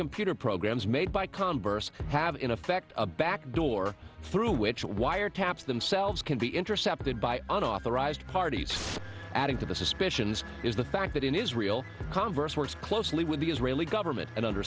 computer programs made by congress have in effect a back door through which wire taps themselves can be intercepted by unauthorized parties adding to the suspicions is the fact that in israel converse works closely with the israeli government and under